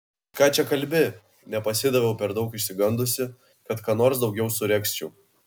ką čia kalbi nepasidaviau per daug išsigandusi kad ką nors daugiau suregzčiau